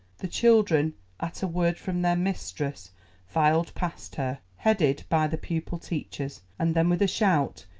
the children at a word from their mistress filed past her, headed by the pupil teachers, and then with a shout,